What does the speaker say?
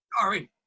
Sorry